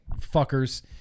fuckers